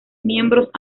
miembros